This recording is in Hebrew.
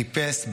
חיפש,